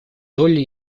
долли